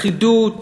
לכידות,